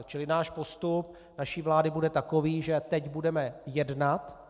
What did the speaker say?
Čili postup naší vlády bude takový, že teď budeme jednat.